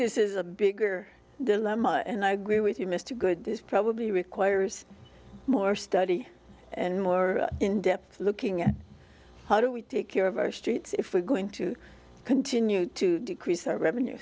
this is a bigger dilemma and i agree with you mr good this probably requires more study and more in depth looking at how do we take care of our streets if we're going to continue to decrease our revenue